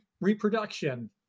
reproduction